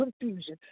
confusion